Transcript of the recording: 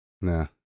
Nah